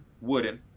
Wooden